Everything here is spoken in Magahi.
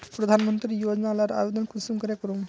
प्रधानमंत्री योजना लार आवेदन कुंसम करे करूम?